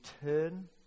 turn